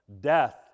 Death